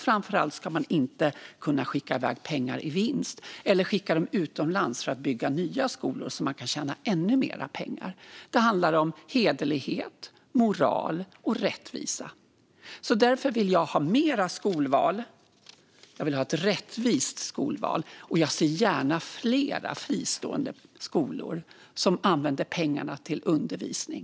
Framför allt ska man inte kunna skicka iväg pengar i vinst eller skicka dem utomlands för att bygga nya skolor som man kan tjäna ännu mer pengar på. Det handlar om hederlighet, moral och rättvisa. Därför vill jag ha mer skolval men ett rättvist skolval. Och jag ser gärna fler fristående skolor som använder pengarna till undervisning.